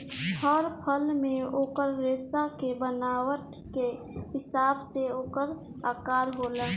हर फल मे ओकर रेसा के बनावट के हिसाब से ओकर आकर होला